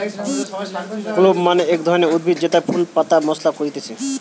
clove মানে এক ধরণকার উদ্ভিদ জেতার ফুল পাতা মশলা করতিছে